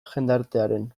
jendartearen